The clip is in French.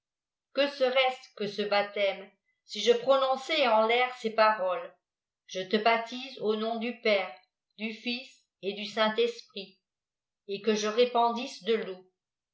que serait-ce que ce baptême si je prononçais en l'air ces paroles c je te baptise au nom du père du fils et du saint-esprit et que je répandisse de l'eau